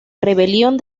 rebelión